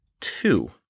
two